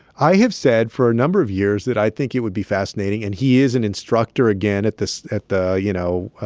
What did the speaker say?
i have said for a number of years that i think it would be fascinating and he is an instructor again at this at the, you know,